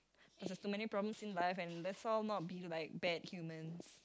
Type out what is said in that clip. cause there's so many problems in life so let's all not be like bad humans